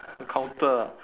counter ah